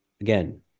again